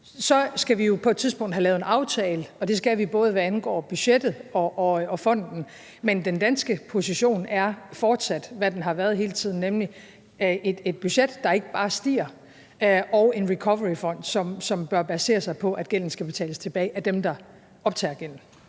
Så skal vi jo på et tidspunkt have lavet en aftale, og det skal vi både, hvad angår budgettet og fonden, men den danske position er fortsat, hvad den har været hele tiden, nemlig et budget, der ikke bare stiger, og en recoveryfond, som bør basere sig på, at gælden skal betales tilbage af dem, der optager gælden.